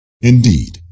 Indeed